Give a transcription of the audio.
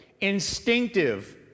instinctive